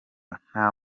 nta